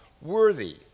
worthy